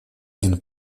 один